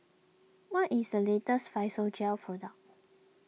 what is the latest Physiogel product